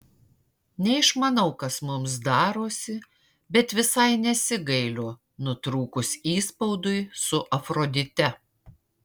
neišmanau kas mums darosi bet visai nesigailiu nutrūkus įspaudui su afrodite